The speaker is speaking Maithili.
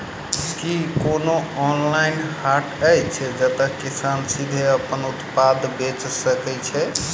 की कोनो ऑनलाइन हाट अछि जतह किसान सीधे अप्पन उत्पाद बेचि सके छै?